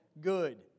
good